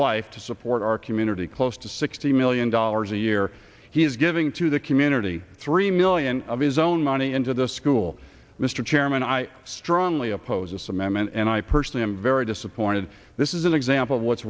life to support our community close to sixty million dollars a year he is giving to the community three million of his own money into the school mr chairman i strongly oppose this amendment and i personally am very disappointed this is an example of what's